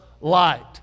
light